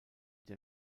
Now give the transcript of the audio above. der